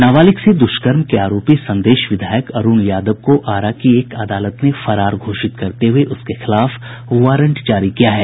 नाबालिग से दुष्कर्म के आरोपी संदेश विधायक अरूण यादव को आरा की एक अदालत ने फरार घोषित करते हुए उसके खिलाफ वारंट जारी किया है